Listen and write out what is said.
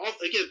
again